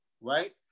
right